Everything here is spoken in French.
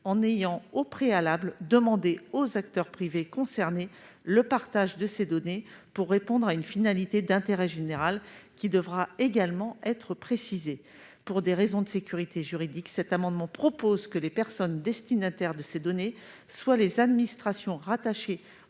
et auront, au préalable, demandé aux acteurs privés concernés le partage desdites données, afin de répondre à une finalité d'intérêt général, qui devra également être précisée. Pour des raisons de sécurité juridique, cet amendement tend à prévoir que les personnes destinataires de ces données soient les administrations rattachées